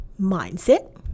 mindset